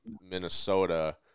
minnesota